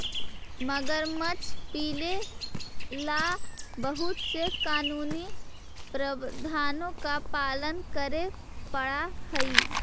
मगरमच्छ पीले ला बहुत से कानूनी प्रावधानों का पालन करे पडा हई